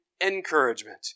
encouragement